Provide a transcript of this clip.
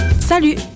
Salut